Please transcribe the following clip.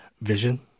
vision